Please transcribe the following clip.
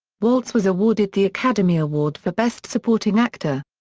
waltz was awarded the academy award for best supporting actor.